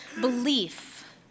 belief